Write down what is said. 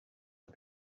had